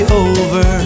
over